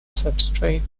substrate